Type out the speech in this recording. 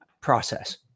Process